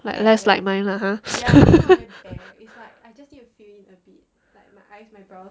like less like mine lah